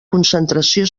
concentració